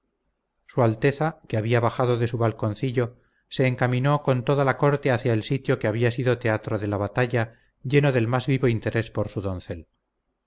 su alteza que había bajado de su balconcillo se encaminó con toda la corte hacia el sitio que había sido teatro de la batalla lleno del más vivo interés por su doncel